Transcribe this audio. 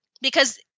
because-